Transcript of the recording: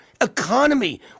economy